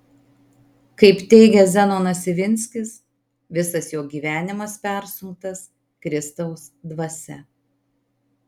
kaip teigia zenonas ivinskis visas jo gyvenimas persunktas kristaus dvasia